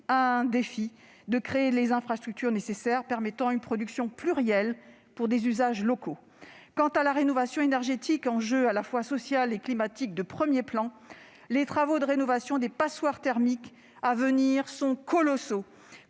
le défi est de créer les infrastructures permettant une production plurielle pour des usages locaux. Quant à la rénovation énergétique, enjeu à la fois social et climatique de premier plan, les travaux de rénovation des passoires thermiques à venir s'annoncent colossaux,